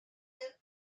les